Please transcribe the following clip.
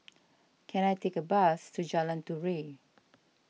can I take a bus to Jalan Turi